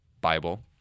Bible